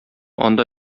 анда